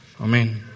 Amen